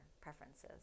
preferences